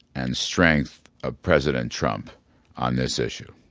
and strength of president trump on this issue.